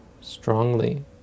strongly